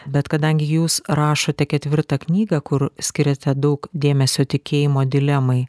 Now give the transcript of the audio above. bet kadangi jūs rašote ketvirtą knygą kur skiriate daug dėmesio tikėjimo dilemai